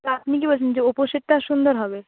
তো আপনি কি বলছেন যে ওপো সেটটা সুন্দর হবে